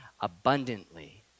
abundantly